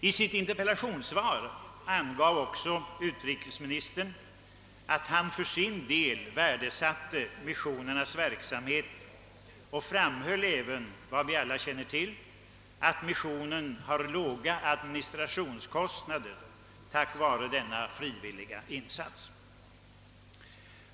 I sitt interpellationssvar sade utrikesministern också att han för sin del värdesatte missionens verksamhet, och han framhöll att man där tack vare de frivilliga arbetsinsatserna har mycket låga administrationskostnader. Det känner vi ju också alla till.